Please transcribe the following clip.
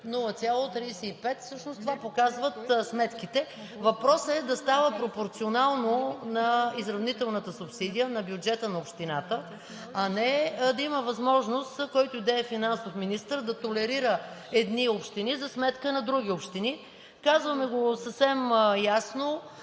0,35, всъщност това показват сметките. Въпросът е да става пропорционално на изравнителната субсидия, на бюджета на общината, а не да има възможност който и да е финансов министър да толерира едни общини за сметка на други общини. Казваме го съвсем ясно,